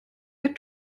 der